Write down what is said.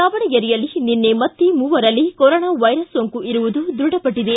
ದಾವಣಗೆರೆಯಲ್ಲಿ ನಿನ್ನೆ ಮತ್ತೆ ಮೂವರಲ್ಲಿ ಕೊರೋನಾ ವೈರಸ್ ಸೋಂಕು ಇರುವುದು ದೃಢಪಟ್ಟಿದೆ